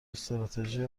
استراتژی